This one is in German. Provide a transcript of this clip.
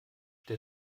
der